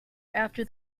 after